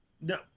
no